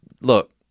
Look